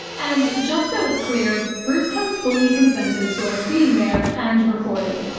and, just so it's clear, bruce has fully consented to us being there and recording.